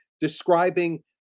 describing